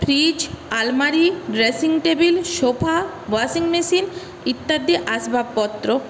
fridge আলমারি dressing table sofa washing machine ইত্যাদি আসবাবপত্র